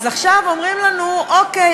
אז עכשיו אומרים לנו: אוקיי,